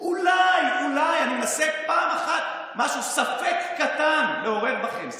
אולי, אולי אני מנסה פעם אחת, ספק קטן לעורר בכם.